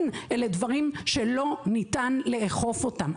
אלה דברים שלא ניתן לאכוף אותם.